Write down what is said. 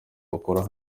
bakura